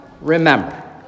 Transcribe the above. remember